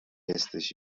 jesteś